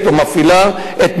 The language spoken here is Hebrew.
אני עשיתי,